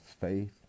faith